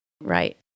Right